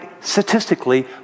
statistically